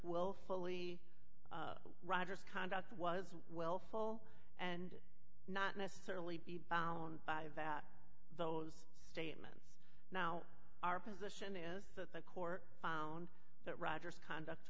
well fully roger conduct was well fall and not necessarily be bound by that those statements now our position is that the court found that roger's conduct